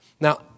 Now